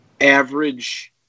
average